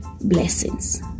Blessings